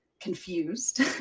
confused